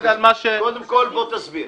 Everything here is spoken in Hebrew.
קודם כול, בוא תסביר.